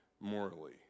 morally